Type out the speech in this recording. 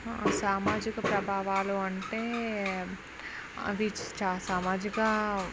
సామాజిక ప్రభావాలు అంటే అవి సామాజిక